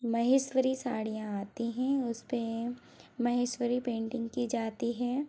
महेश्वरी साड़ियाँ आती हैं उस पर महेश्वरी पेंटिंग की जाती है